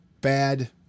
bad